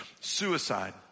Suicide